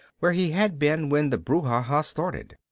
where he had been when the brouhaha started.